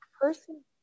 person